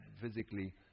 physically